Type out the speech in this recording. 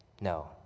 No